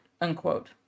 unquote